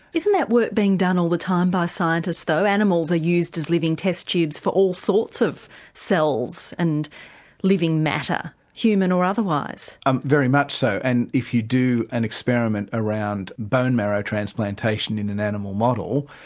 isn't that work being done all the time by scientists though? animals are used as living test-tubes for all sorts of cells and living matter, human or otherwise. um very much so, and if you do an experiment around bone marrow transplantation in an animal model,